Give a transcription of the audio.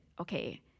Okay